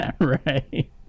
Right